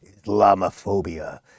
Islamophobia